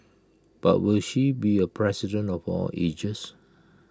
but will she be A president for all ages